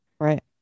Right